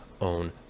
own